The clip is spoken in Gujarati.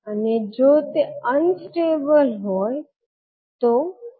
તેથી હવે તમે સમજી શકો છો કે તમે કોન્વોલ્યુશન ઇન્ટિગ્રલ ની સહાયથી સર્કિટ્સને કેવી રીતે ઉકેલી શકો છો